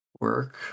Work